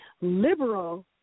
liberal